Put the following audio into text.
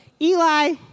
Eli